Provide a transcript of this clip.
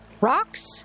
rocks